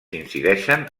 incideixen